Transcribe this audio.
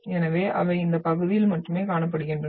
எனவே அவை இந்த பகுதியில் மட்டுமே காணப்படுகின்றன